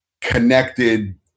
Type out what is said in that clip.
connected